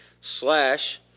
slash